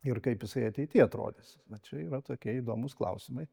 ir kaip jisai ateity atrodys va čia yra tokie įdomūs klausimai